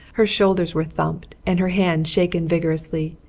her shoulders were thumped and her hands shaken vigorously.